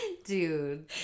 Dude